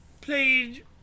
played